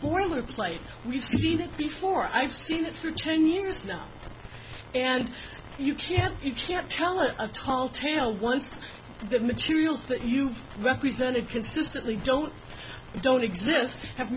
boilerplate we've seen it before i've seen it for ten years now and you can't you can't tell a tall tale once the materials that you've represented consistently don't don't exist have